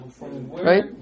right